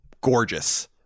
gorgeous